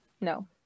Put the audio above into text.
no